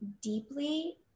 deeply